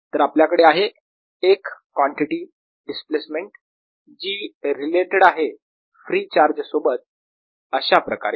तर आपल्याकडे आहे एक कॉन्टिटी डिस्प्लेसमेंट जी रिलेटेड आहे फ्री चार्ज सोबत अशाप्रकारे